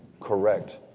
correct